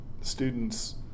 students